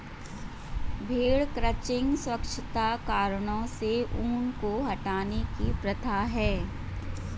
भेड़ क्रचिंग स्वच्छता कारणों से ऊन को हटाने की प्रथा है